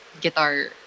guitar